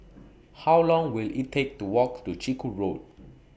How Long Will IT Take to Walk to Chiku Road